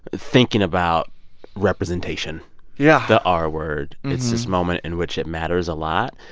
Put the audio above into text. thinking about representation yeah the r word. it's this moment in which it matters a lot,